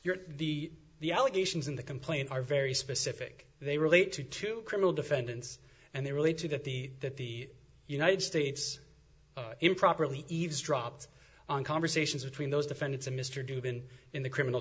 you're the the allegations in the complaint are very specific they relate to two criminal defendants and they relate to that the that the united states improperly eavesdropped on conversations between those defendants and mr dubin in the criminal